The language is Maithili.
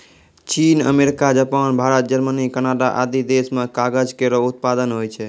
चीन, America, Japan, Bharat, Germany, Canada आदि देस म कागज केरो उत्पादन होय छै